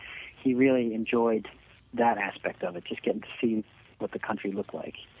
he really enjoyed that aspect of it, just getting to see what the country look like.